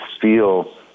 feel